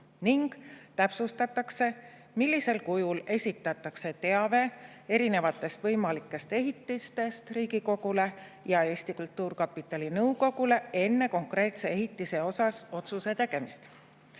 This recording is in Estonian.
Ning täpsustatakse, millisel kujul esitatakse teave erinevatest võimalikest ehitistest Riigikogule ja Eesti Kultuurkapitali nõukogule enne konkreetse ehitise kohta otsuse tegemist.